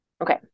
Okay